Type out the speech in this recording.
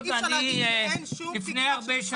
היות ואני לפני הרבה שנים -- אי אפשר להגיד שאין שום פיקוח,